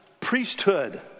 priesthood